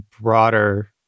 broader